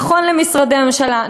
נכון למשרדי הממשלה,